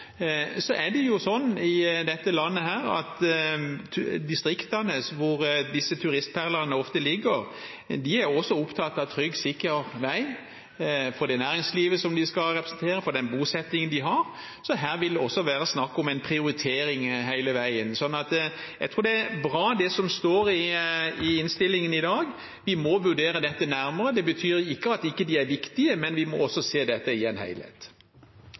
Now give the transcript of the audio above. Så er det jo sånn i dette landet at distriktene, hvor disse turistperlene ofte ligger, også er opptatt av trygg og sikker vei for det næringslivet som de skal representere, for den bosettingen de har, så her vil det også være snakk om en prioritering hele veien. Så jeg tror det er bra, det som står i innstillingen i dag. Vi må vurdere dette nærmere. Det betyr ikke at de ikke er viktige, men vi må se dette i en helhet.